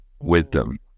wisdom